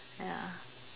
ya